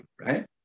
right